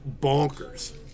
bonkers